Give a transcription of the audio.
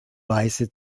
weiße